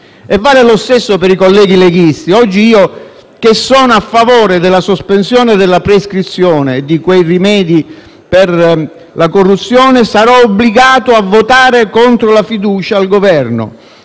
Vale lo stesso per i colleghi leghisti. Oggi io, che sono a favore della sospensione della prescrizione e di quei rimedi per la corruzione, sarò obbligato a votare contro la fiducia al Governo,